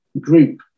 group